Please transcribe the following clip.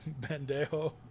Bandejo